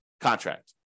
contract